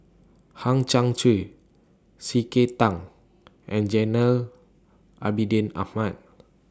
Hang Chang Chieh C K Tang and Jainal Abidin Ahmad